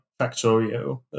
Factorio